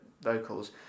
vocals